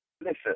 Listen